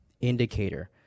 indicator